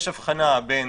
יש הבחנה בין